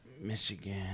Michigan